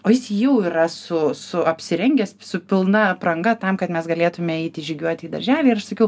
o jis jau yra su su apsirengęs su pilna apranga tam kad mes galėtume eiti žygiuoti į darželį ir aš sakiau